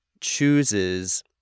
chooses